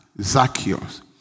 Zacchaeus